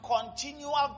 continual